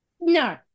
no